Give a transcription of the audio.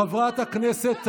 חברת הכנסת תמנו,